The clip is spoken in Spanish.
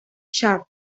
chart